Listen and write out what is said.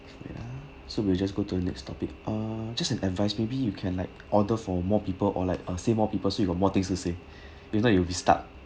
wait ah so we'll just go to the next topic uh just an advice maybe you can like order for more people or like uh say more people so you got more things to say if not you'll be stuck